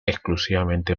exclusivamente